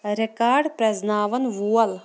record پرٛزٕناون وول